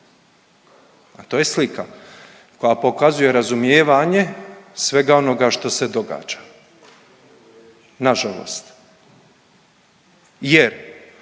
A to je slika koja pokazuje razumijevanje svega onoga što se događa. Nažalost, jer